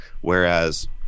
whereas